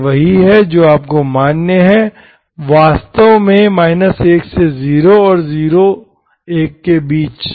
तो यह वही है जो आपको मान्य है वास्तव में 1 से 0 और 0 1 के बीच